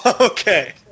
Okay